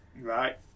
Right